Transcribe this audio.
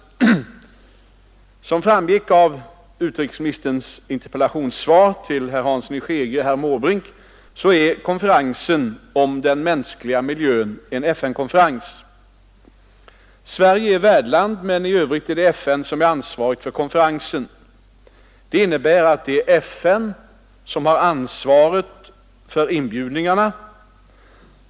Såsom framgått av utrikesministerns interpellationssvar till herr Hansson i Skegrie och herr Måbrink är konferensen om den mänskliga miljön en FN-konferens. Sverige är värdland, men i övrigt är FN ansvarigt för konferensen. Detta innebär att det är FN som har ansvaret för inbjudningarna.